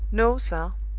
no, sir.